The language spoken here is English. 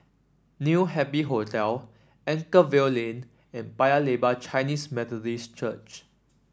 New Happy Hotel Anchorvale Lane and Paya Lebar Chinese Methodist Church